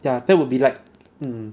ya that would be like hmm